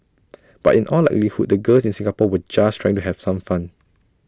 but in all likelihood the girls in Singapore were just trying to have some fun